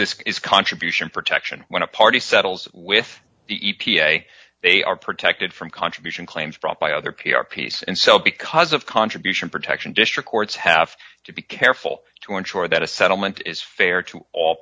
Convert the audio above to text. this is contribution protection when a party settles with the e p a they are protected from contribution claims brought by other p r piece and so because of contribution protection district courts have to be careful to ensure that a settlement is fair to all